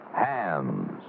Hams